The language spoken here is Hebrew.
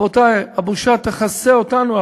רבותי, הבושה תכסה את פנינו.